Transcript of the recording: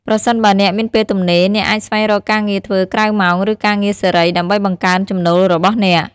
ប្រសិនបើអ្នកមានពេលទំនេរ អ្នកអាចស្វែងរកការងារធ្វើក្រៅម៉ោង ឬការងារសេរី ដើម្បីបង្កើនចំណូលរបស់អ្នក។